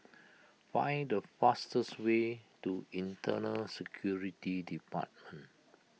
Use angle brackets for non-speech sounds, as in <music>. find the fastest way to Internal Security Depart <noise>